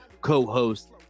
co-host